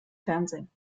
fernsehen